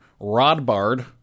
Rodbard